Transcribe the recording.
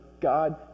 God